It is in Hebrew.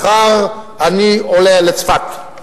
מחר אני עולה לצפת.